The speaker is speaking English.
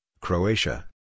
Croatia